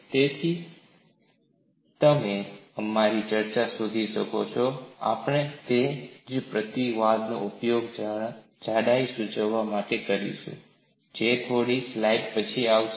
તેથી તમે અમારી ચર્ચા શોધી શકશો આપણે તે જ પ્રતીકવાદનો ઉપયોગ જાડાઈ સૂચવવા માટે કરીશું જે થોડી સ્લાઇડ્સ પછી આવશે